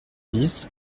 dix